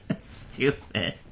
Stupid